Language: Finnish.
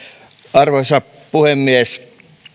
arvoisa puhemies